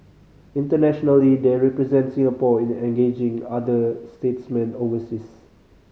internationally they represent Singapore in engaging other statesmen overseas